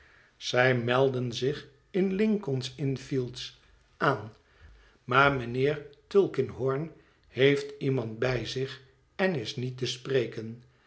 zij melden zich in lincoln s innfields aan maar mijnheer tulkinghorn heeft iemand bij zich en is niet te spreken